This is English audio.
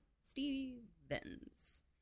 Stevens